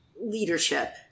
leadership